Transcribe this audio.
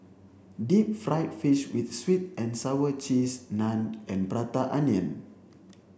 deep fried fish with sweet and sour sauce cheese naan and prata onion